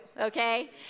Okay